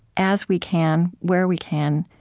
as we can, where we can,